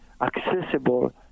accessible